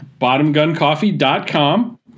BottomGunCoffee.com